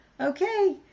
Okay